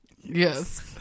Yes